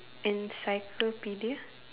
encyclopedia